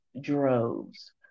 droves